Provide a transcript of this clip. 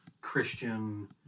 Christian